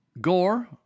Gore